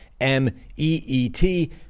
M-E-E-T